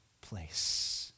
place